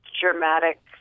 dramatic